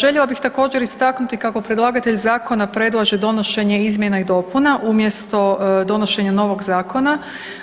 Željela bih također istaknuti kako predlagatelj zakona predlaže donošenje izmjena i dopuna umjesto donošenja novog zakona,